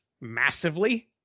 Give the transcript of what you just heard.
massively